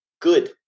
good